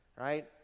right